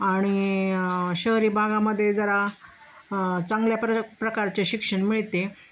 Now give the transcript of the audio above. आणि शहरी भागामध्ये जरा चांगल्या प्र प्रकारचे शिक्षण मिळते